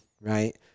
right